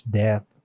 death